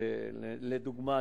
לדוגמה,